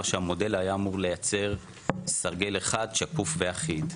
שהמודל היה אמור לייצר סרגל אחד שקוף ואחיד.